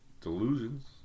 delusions